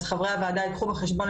אז חברי הוועדה ייקחו בחשבון,